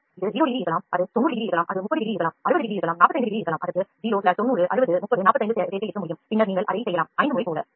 இது 0 30 45 60 அல்லது 90 டிகிரிகளாக இருக்கலாம் அவை 090603045 சேர்க்கை இருக்க முடியும் பின்னர் நீங்கள் அதை 5 முறை போல தொடரலாம்